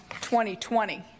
2020